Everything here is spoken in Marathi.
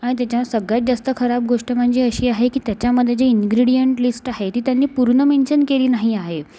आणि त्याच्यात सगळ्यात जास्त खराब गोष्ट म्हणजे अशी आहे की त्याच्यामधे जे इन्ग्रेडियंट लिस्ट आहे ती त्यांनी पूर्ण मेन्शन केली नाही आहे